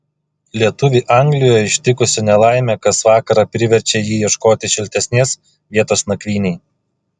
lietuvį anglijoje ištikusi nelaimė kas vakarą priverčia jį ieškoti šiltesnės vietos nakvynei